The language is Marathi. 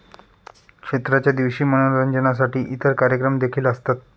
क्षेत्राच्या दिवशी मनोरंजनासाठी इतर कार्यक्रम देखील असतात